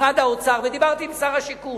משרד האוצר, ודיברתי עם שר השיכון.